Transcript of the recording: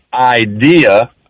idea